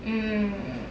mm